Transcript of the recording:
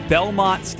Belmont